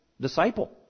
disciple